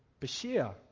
Bashir